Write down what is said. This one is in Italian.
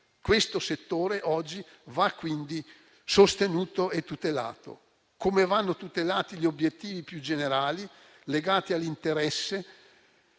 Questo settore oggi va quindi sostenuto e tutelato. Come vanno tutelati gli obiettivi più generali legati all'ambiente,